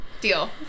Deal